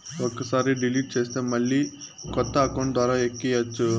ఒక్కసారి డిలీట్ చేస్తే మళ్ళీ కొత్త అకౌంట్ ద్వారా ఎక్కియ్యచ్చు